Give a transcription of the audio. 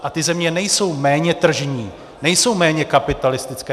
A ty země nejsou méně tržní, nejsou méně kapitalistické.